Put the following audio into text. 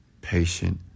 patient